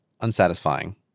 unsatisfying